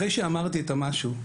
אחרי שאמרתי את המשהו,